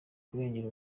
kurengera